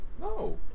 No